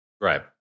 Right